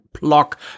block